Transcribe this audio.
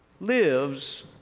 lives